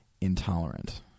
intolerant